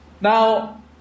Now